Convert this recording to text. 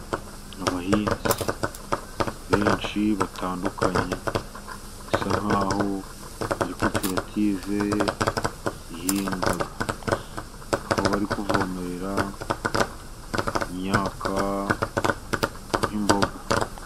Abahinzi benshi batandukanye bisa nk'aho ari koperative ihinga, aho bari kuvomerera imyaka nk'imboga.